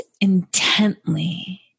intently